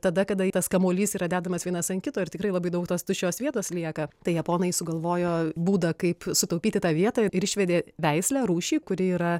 tada kada tas kamuolys yra dedamas vienas ant kito ir tikrai labai daug tos tuščios vietos lieka tai japonai sugalvojo būdą kaip sutaupyti tą vietą ir išvedė veislę rūšį kuri yra